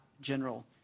general